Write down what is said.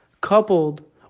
coupled